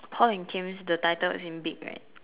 Paul and Kim's the title is in big right